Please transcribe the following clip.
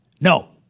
no